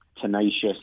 tenacious